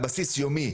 יומי,